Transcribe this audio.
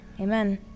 Amen